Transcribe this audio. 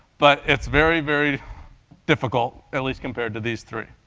but it's very, very difficult, at least compared to these three,